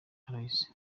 aloys